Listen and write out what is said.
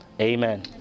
Amen